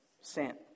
sent